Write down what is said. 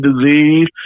disease